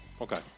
Okay